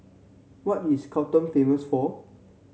what is Khartoum famous for